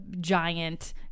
giant